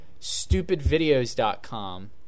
StupidVideos.com